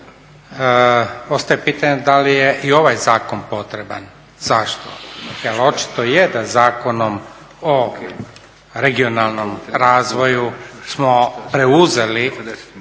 Ostaje pitanje da li je i ovaj zakon potreban. Zašto? Jel očito je da Zakonom o regionalnom razvoju smo preuzeli